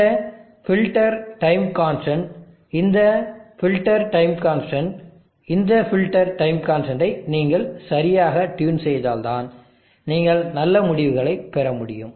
இந்த filter time கான்ஸ்டன்இந்த filter time கான்ஸ்டன்இந்த ஃபில்டர் டைம் கான்ஸ்டன்டை நீங்கள் சரியாகப் டியூன் செய்தால்தான் நீங்கள் நல்ல முடிவுகளைப் பெற முடியும்